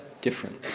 different